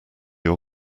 your